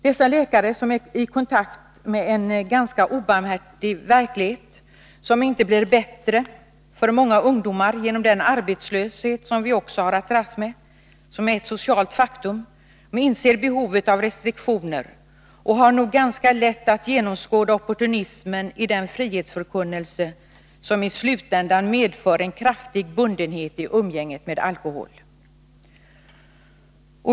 Dessa läkare, som kommer i kontakt med en ganska obarmhärtig verklighet som inte blir bättre för många ungdomar genom den arbetslöshet som vi också har att dras med, ett socialt faktum, inser behovet av restriktioner och har nog ganska lätt att genomskåda opportunismen i den frihetsförkunnelse som i slutändan medför en kraftig bundenhet i umgänget med alkohol.